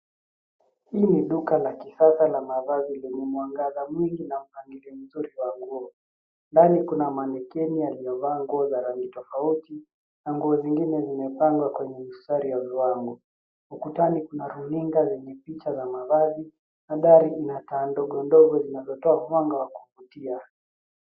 Hii ni duka la kisasa la mavazi lenye mwangaza mwingi na mpangilio mzuri wanguo. Ndani kuna manekini aliyo vaa nguo za rangi tofauti na nguo zingine zimepangwa kwenye mstari wa viwango. Ukutani kuna runinga zenyepicha za mavazi na dari ina taa ndogondogo zinazotoa mwanga wakuvutia.